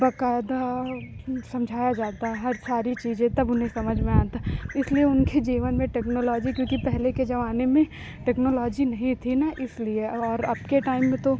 बकायदा समझाया जाता है हर सारी चीज़ें तब उन्हें समझ में आता है इसलिए उनके जीवन में टेक्नोलॉजी क्योंकि पहले के जमाने में टेक्नोलॉजी नहीं थी न इसलिए और अबके टाइम में तो